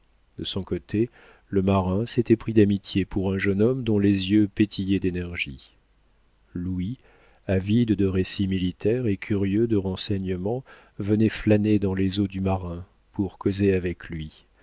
de son côté le marin s'était pris d'amitié pour un jeune homme dont les yeux pétillaient d'énergie louis avide de récits militaires et curieux de renseignements venait flâner dans les eaux du marin pour causer avec lui